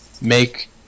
make